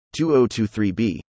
2023b